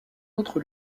autre